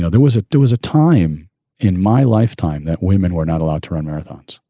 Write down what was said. so there was a there was a time in my lifetime that women were not allowed to run marathons.